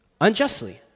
unjustly